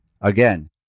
Again